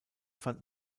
fand